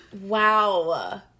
Wow